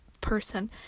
person